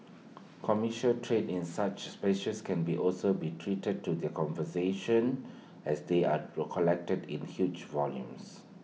commercial trade in such species can be also be A threat to their conservation as they are collected in huge volumes